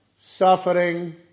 suffering